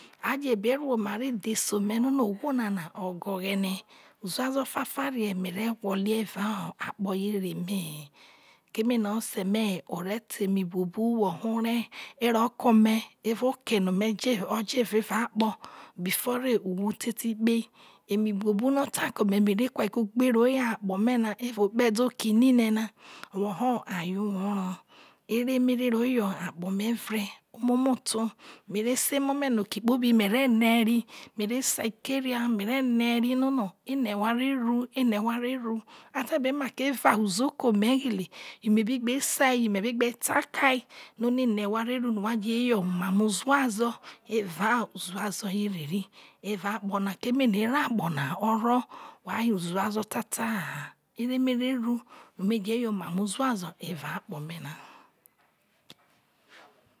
a je ve rue ome a ve se no ohwo nana ogo oghere uzazo fafarie me re gwolo evao akpo yere me ne keme ose me o̱ re te eme buobu ro ke ome evao okeno o̱ro̱ to̱ evao akpo before re uwhu tetikpe woho epano ose me o̱ ta ke ome ino momo ene uho re ru no wa je yere omamo̱ uzazo evao akpo na keme mereru no me je yere omamo̱ uzazo evea akpo̱ me nana